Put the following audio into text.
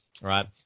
right